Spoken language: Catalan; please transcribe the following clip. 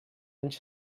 anys